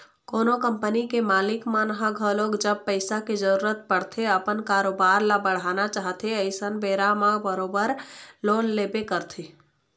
कोनो कंपनी के मालिक मन ह घलोक जब पइसा के जरुरत पड़थे अपन कारोबार ल बढ़ाना चाहथे अइसन बेरा म बरोबर लोन लेबे करथे